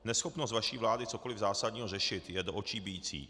Neschopnost vaší vlády cokoliv zásadního řešit, je do očí bijící.